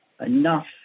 enough